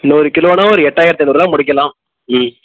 நூறு கிலோன்னா ஒரு எட்டாயிரத்து ஐந்நூறுபா முடிக்கலாம் ம்